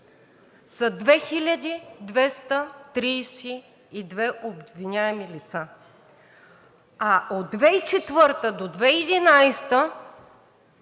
са 2232 обвиняеми лица, а от 2004 г. до 2011